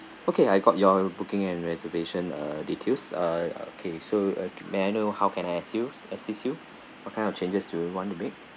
okay I got your booking and reservation uh details uh okay so uh may I know how can I ass~ you assist you what kind of changes do you want to make